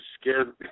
scared